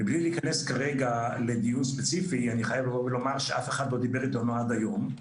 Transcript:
מבלי להיכנס לדיון ספציפי אני חייב לומר שאף אחד לא דיבר אתנו עד היום.